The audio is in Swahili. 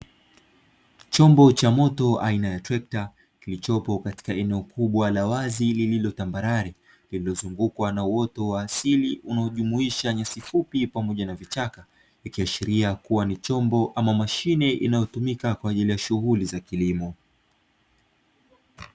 Chombo cha moto aina ya trekta kilichopo katika eneo kubwa la wazi lililo tambarare, lililozungukwa na uwoto wa asili unaojumuisha nyasi fupi pamoja na vichaka, ikiashiria kuwa ni chombo ama mashine inayotumika kwajili ya shuhuli za kilimo.